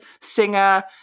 singer